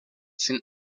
seen